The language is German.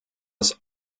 das